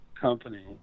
Company